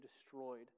destroyed